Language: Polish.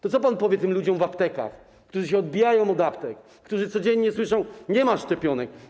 To co pan powie tym ludziom w aptekach, którzy się odbijają od aptek, którzy codziennie słyszą: nie ma szczepionek?